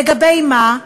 לגבי מה?